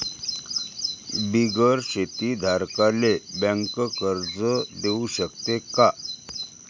बिगर शेती धारकाले बँक कर्ज देऊ शकते का?